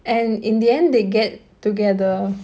and in the end they get together